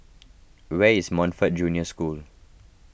where is Montfort Junior School